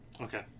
okay